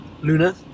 Luna